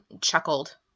chuckled